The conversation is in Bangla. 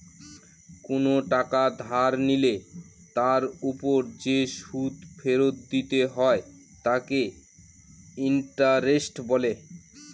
কোন টাকা ধার নিলে তার ওপর যে সুদ ফেরত দিতে হয় তাকে ইন্টারেস্ট বলে